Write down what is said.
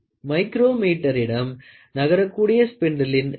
மைக்ரோமீட்டரிடம் நகரக்கூடிய ஸ்பின்டிளின் least count 0